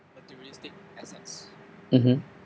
mmhmm